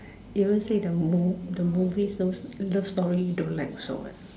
even say the mov~ the movie still those story don't like also what